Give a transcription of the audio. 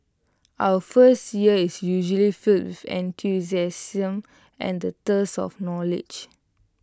our first year is usually filled with enthusiasm and the thirst for knowledge